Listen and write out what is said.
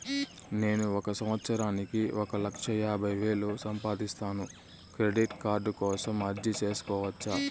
నేను ఒక సంవత్సరానికి ఒక లక్ష యాభై వేలు సంపాదిస్తాను, క్రెడిట్ కార్డు కోసం అర్జీ సేసుకోవచ్చా?